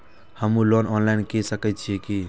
हमू loan online के सके छीये की?